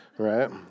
Right